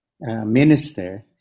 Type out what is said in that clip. minister